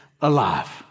alive